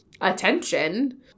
attention